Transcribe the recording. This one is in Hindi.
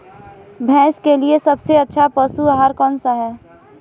भैंस के लिए सबसे अच्छा पशु आहार कौनसा है?